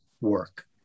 work